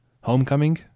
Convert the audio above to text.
Homecoming